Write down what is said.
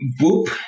boop